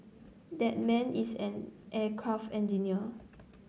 that man is an aircraft engineer